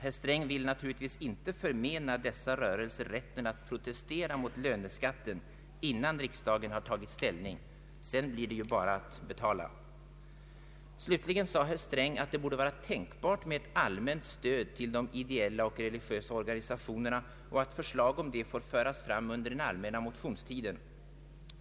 Herr Sträng vill väl inte förmena dessa rätten att protestera mot löneskatten, innan riksdagen tagit ställning. Sedan blir det ju bara att betala. Slutligen sade herr Sträng att det borde vara tänkbart med ett allmänt stöd till de ideella och religiösa organisationerna och att förslag därom får föras fram under den allmänna motionstiden.